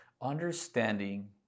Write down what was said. Understanding